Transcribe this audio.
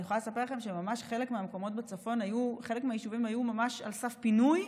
אני יכולה לספר לכם שחלק מהיישובים בצפון היו ממש על סף פינוי,